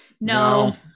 No